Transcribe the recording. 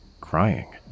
crying